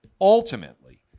ultimately